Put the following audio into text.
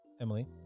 Emily